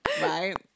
Right